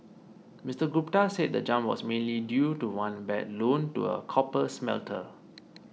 Mister Gupta said the jump was mainly due to one bad loan to a copper smelter